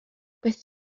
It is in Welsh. beth